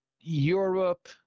Europe